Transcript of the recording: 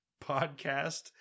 podcast